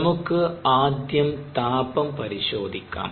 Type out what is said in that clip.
നമുക്ക് ആദ്യം താപം പരിശോധിക്കാം